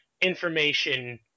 information